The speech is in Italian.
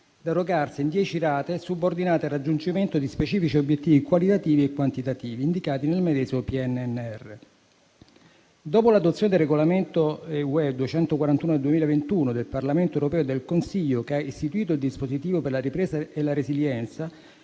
erogarsi in dieci rate subordinate al raggiungimento di specifici obiettivi qualitativi e quantitativi indicati nel medesimo PNRR. Dopo l'adozione del regolamento (UE) 2021/241 del Parlamento europeo e del Consiglio, che ha istituito il dispositivo per la ripresa e la resilienza,